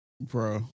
Bro